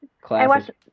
Classic